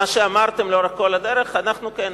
מה שאמרתם לאורך כל הדרך, אנחנו, כן.